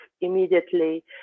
immediately